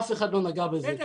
אף אחד לא נגע בזה.